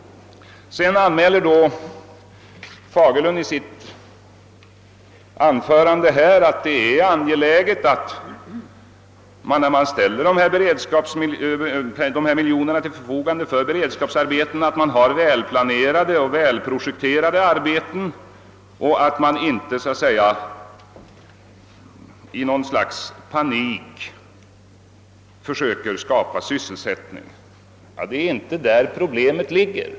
Herr Fagerlund framhöll i sitt anförande att det är angeläget att dessa miljoner som nu anvisas på tilläggsstat används till väl planerade och väl projekterade arbeten, så att man inte i något slags panik försöker skapa sysselsättningstillfällen. Det är emellertid inte däri problemet ligger.